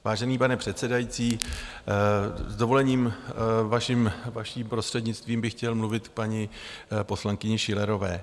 Vážený pane předsedající, s dovolením vaším prostřednictvím bych chtěl mluvit k paní poslankyni Schillerové.